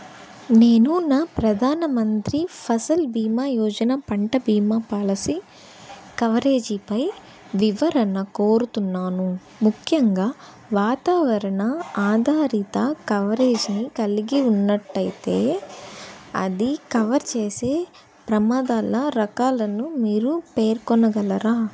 నేను నా ప్రధాన మంత్రి ఫసల్ భీమా యోజన పంట భీమా పాలసీ కవరేజీపై వివరణ కోరుతున్నాను ముఖ్యంగా వాతావరణ ఆధారిత కవరేజ్ని కలిగి ఉన్నట్టయితే అది కవర్ చేసే ప్రమాదాల రకాలను మీరు పేర్కొనగలరా